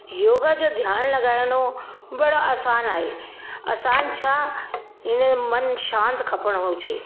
योगा जो ध्यानु लॻाइणो बड़ा असान आहे असान छा हिनमें मनु शांति खपिणो हुजे